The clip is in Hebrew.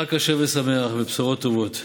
חג כשר ושמח ובשורות טובות.